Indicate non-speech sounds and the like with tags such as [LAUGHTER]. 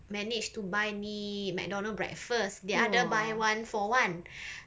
managed to buy me McDonald's breakfast dia ada buy one for one [BREATH]